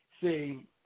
See